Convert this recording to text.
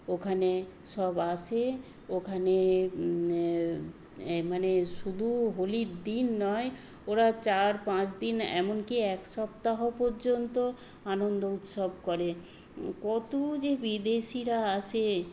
ওখানে সব আসে ওখানে এ মানে শুধু হোলির দিন নয় ওরা চার পাঁচ দিন এমনকি এক সপ্তাহ পর্যন্ত আনন্দ উৎসব করে কত যে বিদেশিরা আসে